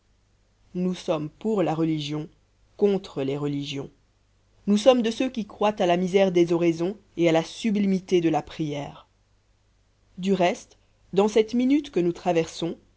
nous sommes pour la religion contre les religions nous sommes de ceux qui croient à la misère des oraisons et à la sublimité de la prière du reste dans cette minute que nous traversons